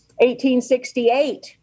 1868